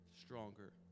stronger